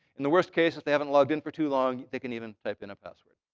in the worst case, if they haven't logged in for too long, they can even type in a password.